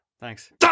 Thanks